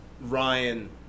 Ryan